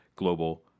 global